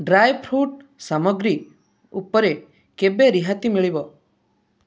dry fruit ସାମଗ୍ରୀ ଉପରେ କେବେ ରିହାତି ମିଳିବ